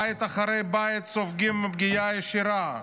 בית אחרי בית סופגים פגיעה ישירה.